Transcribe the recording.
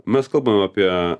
mes kalbam apie